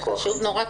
זה פשוט נורא.